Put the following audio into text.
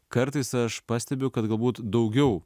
kartais aš pastebiu kad galbūt daugiau